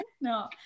No